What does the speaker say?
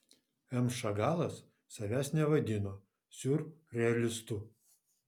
m šagalas savęs nevadino siurrealistu